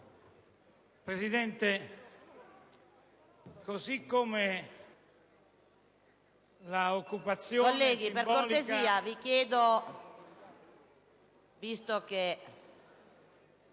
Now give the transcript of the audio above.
Presidente, così come l'occupazione simbolica